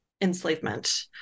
enslavement